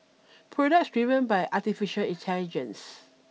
products driven by artificial intelligence